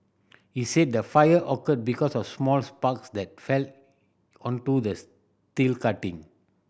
he said the fire occurred because of small sparks that fell onto the steel cutting